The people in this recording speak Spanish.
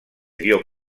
dio